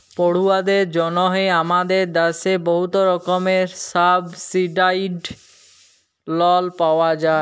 পড়ুয়াদের জ্যনহে আমাদের দ্যাশে বহুত রকমের সাবসিডাইস্ড লল পাউয়া যায়